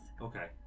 Okay